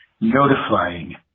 notifying